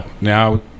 now